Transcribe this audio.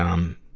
um,